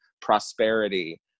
prosperity